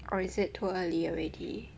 or is it too early already